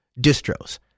distros